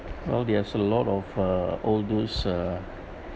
well there's a lot of uh all those uh